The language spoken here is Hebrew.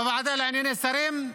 בוועדה לענייני שרים,